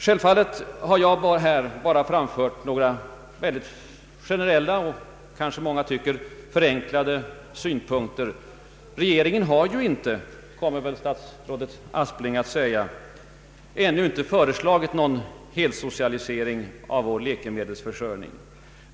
Självfallet har jag bara framfört några mycket generella och kanske enligt mångas mening förenklade synpunkter. Regeringen har, kommer väl statsrådet Aspling att säga, ännu inte föreslagit någon helsocialisering av vår läkemedelsförsörjning.